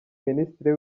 minisitiri